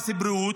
מס בריאות,